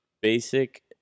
basic